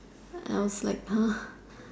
I was like uh